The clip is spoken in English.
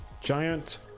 Giant